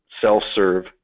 self-serve